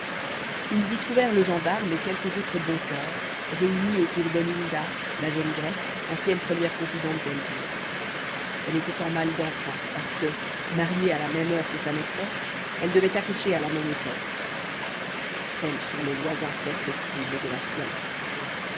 ils y trouvèrent le gendarme et quelques autres bons coeurs réunis autour d'olinda la jeune grecque ancienne première confidente d'elvire elle était en mal d'enfant parce que mariée à la même heure que sa maîtresse elle devait accoucher à la même époque telles sont les lois imprescriptible de la science